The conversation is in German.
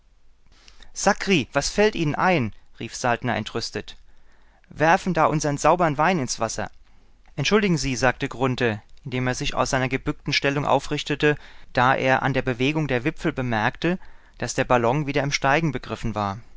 was fällt ihnen ein rief saltner entrüstet werfen da unsern saubern wein ins wasser entschuldigen sie sagte grunthe indem er sich aus seiner gebückten stellung aufrichtete da er an der bewegung der wimpel bemerkte daß der ballon wieder im steigen begriffen war